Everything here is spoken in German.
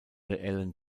reellen